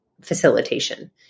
facilitation